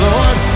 Lord